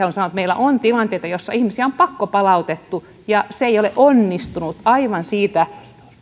haluan sanoa että meillä on tilanteita joissa ihmisiä on pakkopalautettu ja se ei ole onnistunut aivan siitä